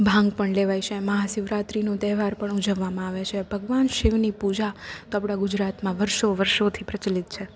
ભાંગ પણ લેવાય છે મહા શિવરાત્રિનો તહેવાર પણ ઉજવવામાં આવે છે ભગવાન શિવની પૂજા તો આપણાં ગુજરતમાં વર્ષો વર્ષોથી પ્રચલિત છે